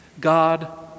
God